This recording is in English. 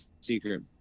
secret